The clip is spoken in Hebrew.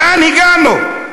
לאן הגענו?